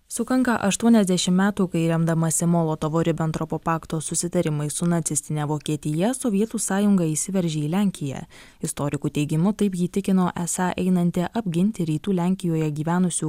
sukanka aštuoniasdešimt metų kai remdamasi molotovo ribentropo pakto susitarimai su nacistine vokietija sovietų sąjunga įsiveržė į lenkiją istorikų teigimu taip ji tikino esą einanti apginti rytų lenkijoje gyvenusių